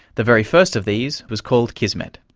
the very first of these was called kismet.